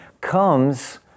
comes